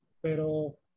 pero